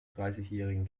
dreißigjährigen